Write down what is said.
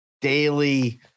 daily